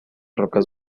rocas